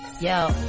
Yo